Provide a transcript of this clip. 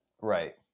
Right